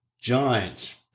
Giants